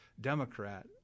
democrat